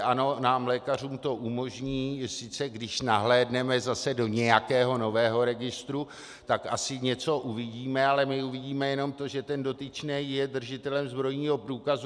Ano, nám lékařům to umožní, sice když nahlédneme zase do nějakého nového registru, tak asi něco uvidíme, ale my uvidíme jenom to, že dotyčný je držitelem zbrojního průkazu.